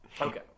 Okay